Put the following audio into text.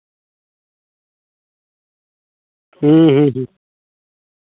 ᱦᱩᱸ ᱦᱩᱸ ᱦᱩᱸ